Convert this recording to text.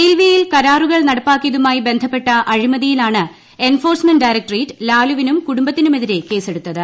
റെയിൽവേയിൽ കരാറുകൾ നടപ്പാക്കിയതുമായി ബന്ധപ്പെട്ട അഴിമതിയിലാണ് എൻഫോഴ്സ്മെന്റ് ഡയറക്ട്രേറ്റ് ലാലുവിനും കുടുംബത്തിനുമെതിരെ കേസെടുത്തത്